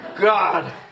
God